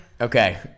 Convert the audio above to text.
Okay